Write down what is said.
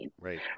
right